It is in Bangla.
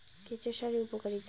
কেঁচো সারের উপকারিতা?